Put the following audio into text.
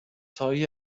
تای